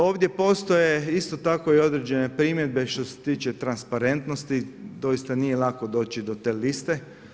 Ovdje postoje isto tako i određene primjedbe što se tiče transparentnosti doista nije lako doći do te liste.